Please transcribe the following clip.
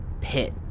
pit